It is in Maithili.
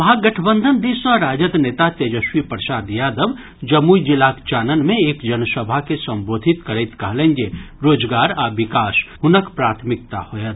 महागठबंधनक दिस सँ राजद नेता तेजस्वी प्रसाद यादव जमुई जिलाक चानन मे एक जनसभा के संबोधित करैत कहलनि जे रोजगार आ विकास हुनक प्राथमिकता होयत